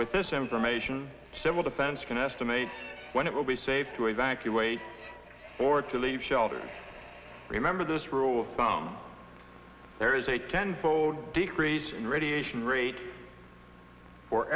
with this information civil defense can estimate when it will be safe to evacuate or to leave shelters remember this rule of thumb there is a ten fold decrease in radiation rate for